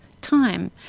time